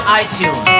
iTunes